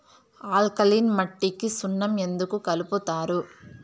alkaline మట్టికి సున్నం ఎందుకు కలుపుతారు